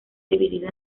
dividido